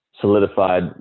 solidified